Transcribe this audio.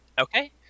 okay